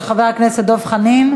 של חבר הכנסת דב חנין,